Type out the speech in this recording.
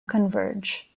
converge